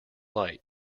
light